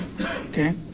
Okay